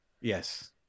yes